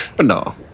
No